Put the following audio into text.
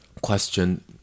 question